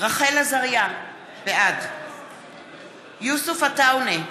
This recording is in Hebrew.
רחל עזריה, בעד יוסף עטאונה,